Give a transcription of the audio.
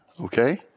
Okay